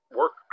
work